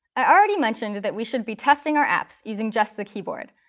i already mentioned that we should be testing our apps using just the keyboard.